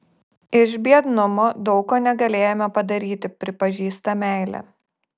iš biednumo daug ko negalėjome padaryti pripažįsta meilė